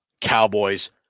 Cowboys